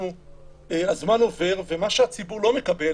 הזמן עובר והציבור לא מקבל.